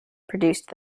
produced